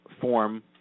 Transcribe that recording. form